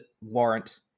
warrant